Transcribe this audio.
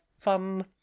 fun